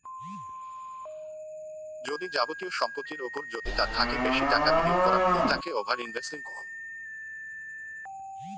যদি যাবতীয় সম্পত্তির ওপর যদি তার থাকি বেশি টাকা বিনিয়োগ করাঙ হই তাকে ওভার ইনভেস্টিং কহু